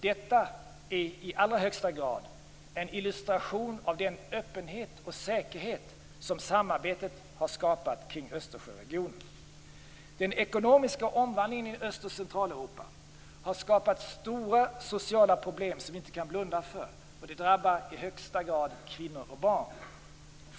Detta är i allra högsta grad en illustration av den öppenhet och säkerhet som samarbetet har skapat kring Östersjöregionen. Den ekonomiska omvandlingen i Öst och Centraleuropa har skapat stora sociala problem som vi inte kan blunda för, och det drabbar i högsta grad kvinnor och barn.